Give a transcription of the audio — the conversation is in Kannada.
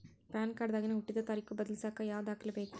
ಪ್ಯಾನ್ ಕಾರ್ಡ್ ದಾಗಿನ ಹುಟ್ಟಿದ ತಾರೇಖು ಬದಲಿಸಾಕ್ ಯಾವ ದಾಖಲೆ ಬೇಕ್ರಿ?